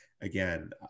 Again